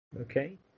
okay